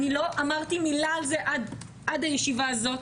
לא אמרתי מילה על זה עד הישיבה הזו.